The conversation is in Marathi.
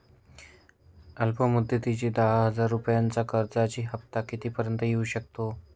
अल्प मुदतीच्या दहा हजार रुपयांच्या कर्जाचा हफ्ता किती पर्यंत येवू शकतो?